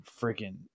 freaking